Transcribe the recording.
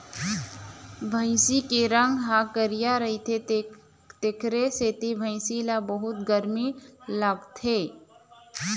भइसी के रंग ह करिया रहिथे तेखरे सेती भइसी ल बहुत गरमी लागथे